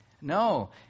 No